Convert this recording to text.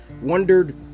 wondered